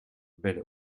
belle